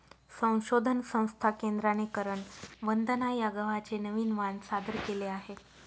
संशोधन संस्था केंद्राने करण वंदना या गव्हाचे नवीन वाण सादर केले आहे